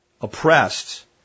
oppressed